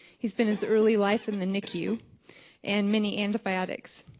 he spent his early life in the nicu and many antibiotics.